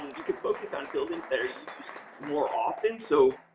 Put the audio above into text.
you could focus on buildings that are used more often. so,